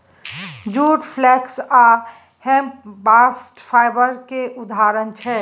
जुट, flax आ hemp bast fibre केर उदाहरण छै